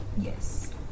Yes